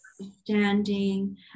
understanding